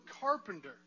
carpenter